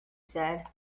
said